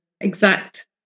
exact